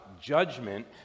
judgment